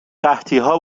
قحطیها